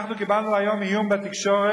אנחנו קיבלנו היום איום בתקשורת,